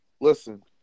Listen